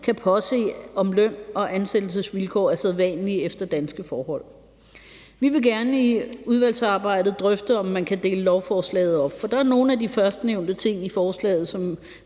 kan påse, at løn- og ansættelsesvilkår er sædvanlige efter danske forhold. Vi vil gerne i udvalgsarbejdet drøfte, om man kan dele lovforslaget op, for der er nogle af de førstnævnte ting i forslaget,